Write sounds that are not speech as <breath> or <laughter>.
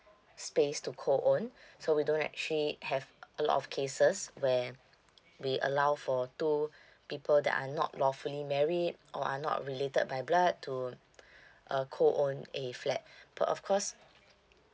space to co own <breath> so we don't actually have a lot of cases where we allow for two people that are not lawfully married or are not related by blood to <breath> uh co own a flat <breath> but of course